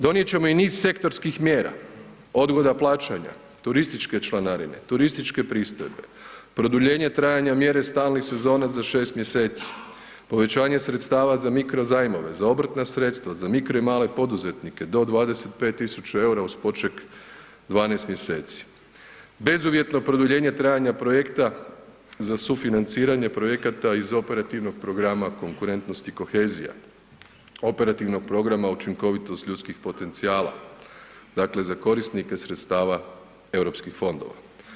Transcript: Donijet ćemo i niz sektorskih mjera odgoda plaćanja turističke članarine, turističke pristojbe, produljenje trajanja mjere stalnih sezona za 6 mjeseci, povećanje sredstava za mikro zajmove, za obrtna sredstva, za mikro i male poduzetnike do 25.000 eura uz poček 12 mjeseci, bezuvjetno produljenje trajanja projekta za sufinanciranje projekata iz Operativnog programa Konkurentnost i kohezija, Operativnog programa Učinkovitost ljudskih potencijala dakle za korisnike sredstava Europskih fondova.